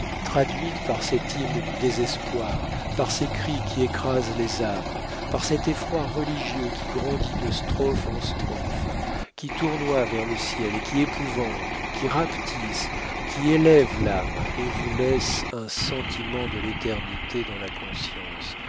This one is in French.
traduites par cette hymne du désespoir par ces cris qui écrasent les âmes par cet effroi religieux qui grandit de strophe en strophe qui tournoie vers le ciel et qui épouvante qui rapetisse qui élève l'âme et vous laisse un sentiment de l'éternité dans la conscience